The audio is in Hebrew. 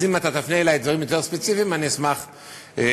אז אם תפנה אלי דברים יותר ספציפיים, אשמח לעזור.